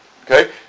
Okay